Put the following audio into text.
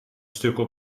stukken